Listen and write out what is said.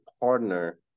partner